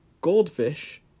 goldfish